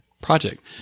project